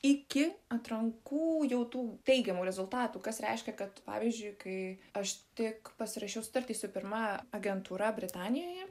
iki atrankų jau tų teigiamų rezultatų kas reiškia kad pavyzdžiui kai aš tik pasirašiau sutartį su pirma agentūra britanijoje